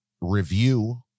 review